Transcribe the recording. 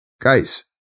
Guys